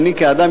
כאדם,